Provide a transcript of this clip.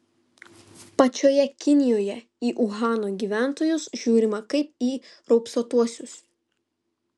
pačioje kinijoje į uhano gyventojus žiūrima kaip į raupsuotuosius